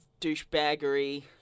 douchebaggery